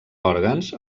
òrgans